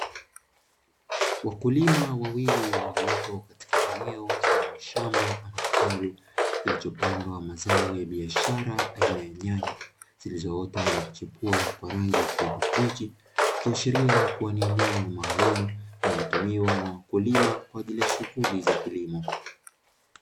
Wakulima wawili waliopo katika eneo mfano wa shamba ama kitalu, kilichopandwa mazao ya biashara aina ya nyanya zilizoota na kuchepua kwa rangi ya kijani kibichi, ikiashiria kuwa ni eneo maalumu linalotumiwa na wakulima kwaajili ya shughuli za kilimo.